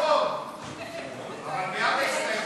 קבוצת סיעת